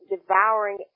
devouring